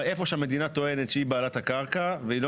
איפה שהמדינה טוענת שהיא בעלת הקרקע והיא לא